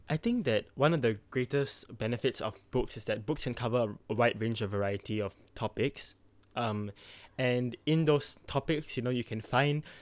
I think that one of the greatest benefits of books is that books can cover uh a wide range of variety of topics um and in those topics you know you can find